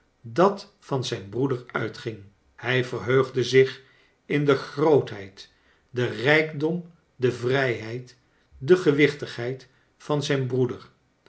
dat van zijn broeder uitging hij verheugde zich in de grootheid den rijkdom de vrijheid de gewichtigheid van zijn broeder